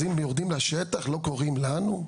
אז, אם יורדים לשטח, לא קוראים לנו?